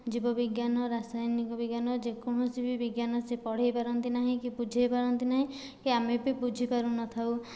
ଯିବ ବିଜ୍ଞାନ ରାସାୟନିକ ବିଜ୍ଞାନ ଯେ କୌଣସି ବି ବିଜ୍ଞାନ ସେ ପଢ଼େଇ ପାରନ୍ତି ନାହିଁ କି ବୁଝେଇ ପାରନ୍ତି ନାହିଁ କି ଆମେ ବି ବୁଝିପାରୁ ନଥାଉ